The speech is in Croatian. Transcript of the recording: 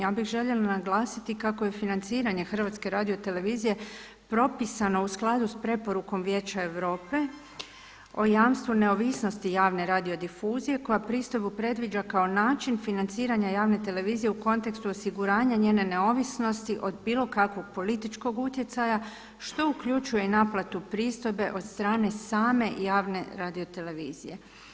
Ja bih željela naglasiti kako je financiranje HRT-a propisano u skladu sa preporukom Vijeća Europe o jamstvu neovisnosti javne radiodifuzije koja pristojbu predviđa kao način financiranja javne televizije u kontekstu osiguranja, njene neovisnosti od bilo kakvog političkog utjecaja što uključuje i naplatu pristojbe od strane same javne radiotelevizije.